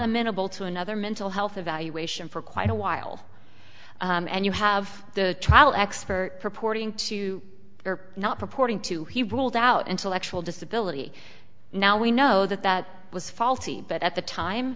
amenable to another mental health evaluation for quite a while and you have the trial expert purporting to you're not reporting to he ruled out intellectual disability now we know that that was faulty but at t